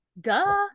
Duh